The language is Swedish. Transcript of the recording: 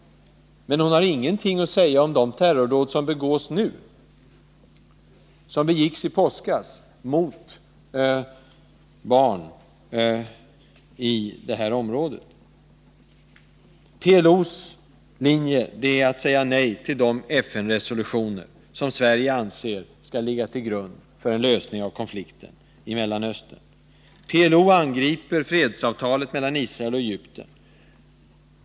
Men hon har ingenting att säga om de terrordåd som begås nu, t.ex. om det som begicks i påskas mot barn i kibbutzen Misgar-Am. PLO:s linje är att säga nej till de FN-resolutioner som Sverige anser skall ligga till grund för en lösning av konflikten i Mellanöstern. PLO angriper fredsavtalet mellan Israel och Egypten.